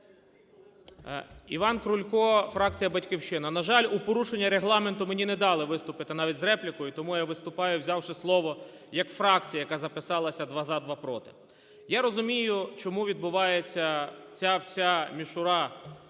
Іван Крулько, фракція "Батьківщина". На жаль, в порушення регламенту мені не дали виступити навіть з реплікою, тому я виступаю взявши слово як фракція, яка записалася два – за, два – проти. Я розумію, чому відбувається ця вся мішура,